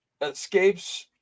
Escapes